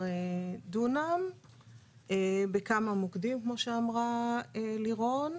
מוקדים, כמו שאמרה לירון.